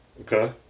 Okay